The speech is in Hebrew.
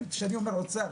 כשאני מדבר על האוצר,